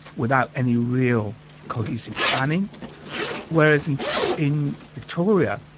without any real cohesive planning whereas in in victoria,